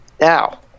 Now